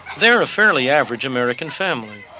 they're a fairly average american family.